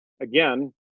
again